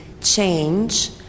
change